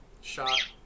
shot